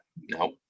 No